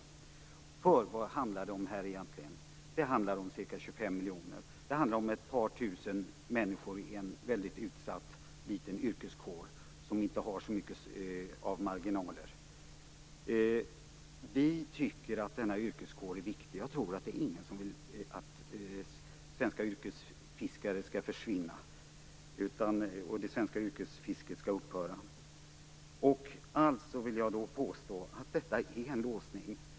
Vad handlar det egentligen om i det här fallet? Det handlar om ca 25 miljoner. Det handlar om ett par tusen människor i en utsatt liten yrkeskår, som inte har så stora marginaler. Vi tycker att denna yrkeskår är viktig. Jag tror inte att någon vill att svenska yrkesfiskare skall försvinna och att det svenska yrkesfisket skall upphöra. Därför vill jag påstå att det är fråga om en låsning.